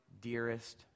dearest